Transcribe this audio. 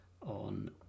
on